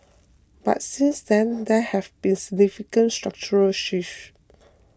but since then there have been significant structural shift